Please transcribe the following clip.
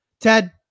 Ted